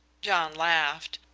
john laughed.